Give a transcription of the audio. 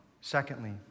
Secondly